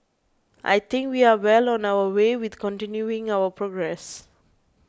I think we are well on our way with continuing our progress